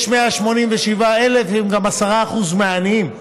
והם גם 10% מהעניים,